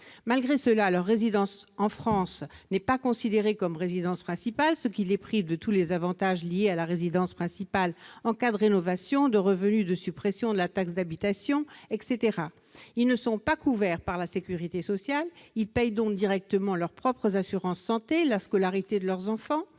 Malgré cela, leur résidence en France n'est pas considérée comme résidence principale, ce qui les prive de tous les avantages liés à la résidence principale en cas de rénovation, de suppression de la taxe d'habitation, etc. Ils ne sont pas couverts par la sécurité sociale, ils paient donc directement leurs propres assurances santé, la scolarité de leurs enfants.